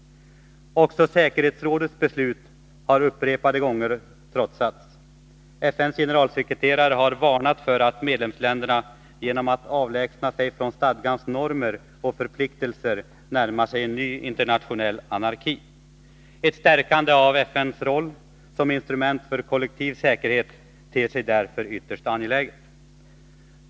Också säkerhetsrådets beslut har upprepade gånger trotsats. FN:s generalsekreterare har varnat för att medlemsländerna genom att avlägsna sig från stadgans normer och förpliktelser närmar sig en ny internationell anarki. Ett stärkande av FN:s roll som instrument för kollektiv säkerhet ter sig därför ytterst angeläget.